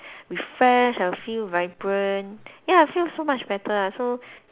with friends I feel vibrant ya I feel so much better ah so